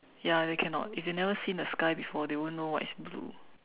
ya then cannot if they never seen the sky before they won't know what is blue